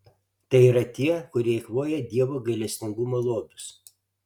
tai yra tie kurie eikvoja dievo gailestingumo lobius